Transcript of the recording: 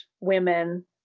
women